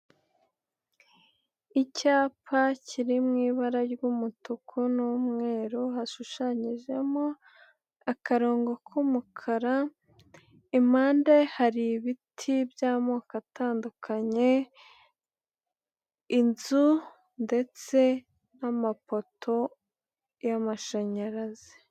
Icyapa kiri mu ibara ry'umutuku n'umweru, hashushanyijemo akarongo k'umukara, impande hari ibiti by'amoko atandukanye, inzu ndetse n'amapoto y'amashanyarazi.